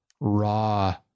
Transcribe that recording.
raw